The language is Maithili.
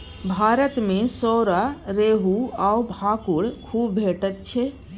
भारत मे सौरा, रोहू आ भाखुड़ खुब भेटैत छै